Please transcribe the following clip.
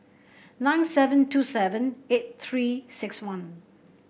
nine seven two seven eight Three six one